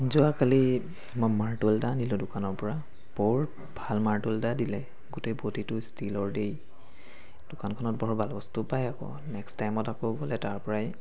যোৱাকালি মই মাৰ্টোল এটা আনিলো দোকানৰ পৰা বৰ ভাল মাৰ্টোল এটা দিলে গোটেই ব'ডিটো ষ্টিলৰ দেই দোকানখনত বৰ ভাল বস্তু পায় আকৌ নেক্সট টাইমত আকৌ গ'লে তাৰপৰাই